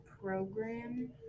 program